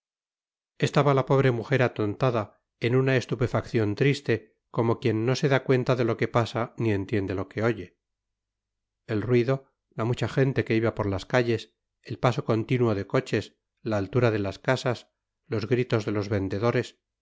estaba la pobre mujer atontada en una estupefacción triste como quien no se da cuenta de lo que pasa ni entiende lo que oye el ruido la mucha gente que iba por las calles el paso continuo de coches la altura de las casas los gritos de los vendedores